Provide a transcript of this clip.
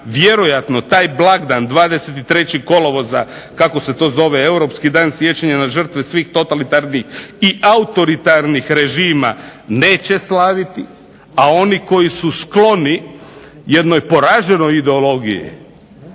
vjerojatno taj blagdan 23. kolovoza kako se to zove Europski dan sjećanja nad žrtve svih totalitarnih i autoritarnih režima neće slaviti, a oni koji su skloni jednoj poraženoj ideologiji,